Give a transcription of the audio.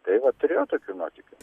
tai va turėjau tokių nuotykių